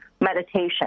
meditation